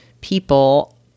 people